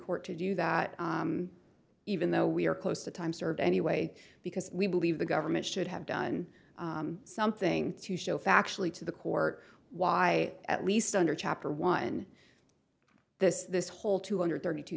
court to do that even though we are close to time served anyway because we believe the government should have done something to show factually to the court why at least under chapter one this this whole two hundred thirty two